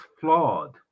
flawed